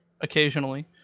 occasionally